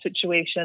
situation